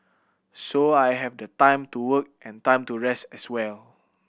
so I have the time to work and time to rest as well